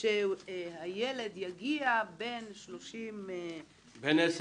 שהילד יגיע בין 10 ל-30.